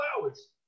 hours